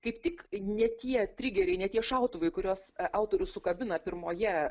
kaip tik ne tie trigeriai ne tie šautuvai kuriuos autorius sukabina pirmoje